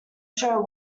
show